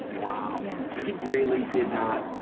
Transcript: wow. yeah so he really did not,